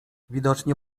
widocznie